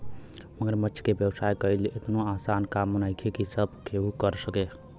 मगरमच्छ के व्यवसाय कईल एतनो आसान काम नइखे की सब केहू कर सके